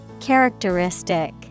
Characteristic